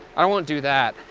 i won't do that.